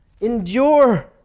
endure